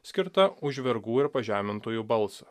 skirta už vergų ir pažemintųjų balsą